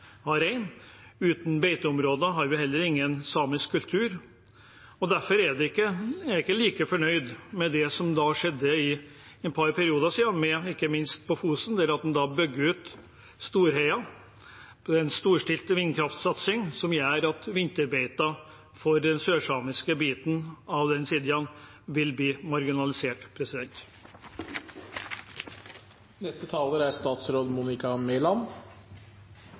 rein. Uten beiteområder har vi heller ingen samisk kultur, og derfor er jeg ikke like fornøyd med det som skjedde for et par perioder siden, ikke minst på Fosen, da en bygde ut Storheia. Det er en storstilt vindkraftsatsing som gjør at vinterbeitene for den sørsamiske biten av den sidaen vil bli marginalisert. Regjeringen bygger vår politikk på frihet og tillit til innbyggerne. Vi er